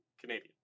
Canadian